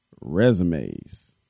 Resumes